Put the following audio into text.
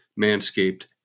manscaped